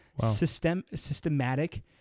systematic